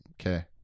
Okay